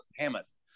Hamas